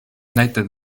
näiteid